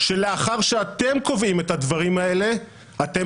שלאחר שאתם קובעים את הדברים האלה אתם